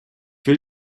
will